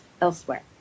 elsewhere